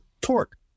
torque